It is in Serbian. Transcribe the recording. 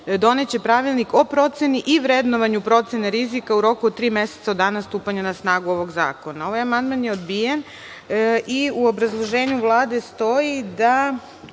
doneti Pravilnik o proceni i vrednovanju procene rizika u roku od tri meseca od dana stupanja na snagu ovog zakona.“. Ovaj amandman je odbijen.U obrazloženju Vlade stoji da